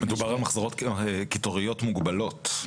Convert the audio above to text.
מדובר על קיטוריות מוגבלות,